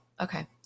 Okay